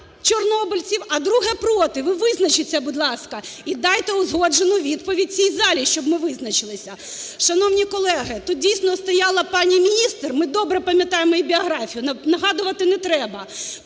а друге – проти? Ви визначіться, будь ласка, і дайте узгоджену відповідь в цій залі, щоб ми визначилися. Шановні колеги, тут, дійсно, стояла пані міністр. Ми добре пам'ятаємо її біографію, нагадувати не треба.